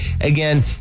Again